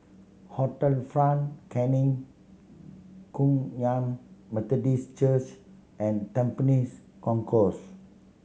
Hotel Front Canning Kum Yan Methodist Church and Tampines Concourse